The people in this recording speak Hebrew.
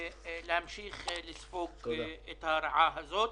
להמשיך לספוג את ההרעה הזאת.